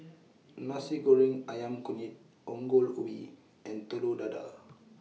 Nasi Goreng Ayam Kunyit Ongol Ubi and Telur Dadah